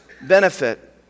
benefit